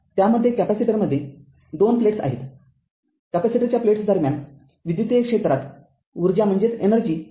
त्यामध्ये कॅपेसिटरमध्ये दोन प्लेट्स आहेतकॅपेसिटरच्या प्लेट्स दरम्यान विद्युतीय क्षेत्रात ऊर्जा संचयित केली गेली आहे